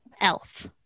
Elf